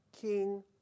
king